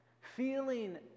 feeling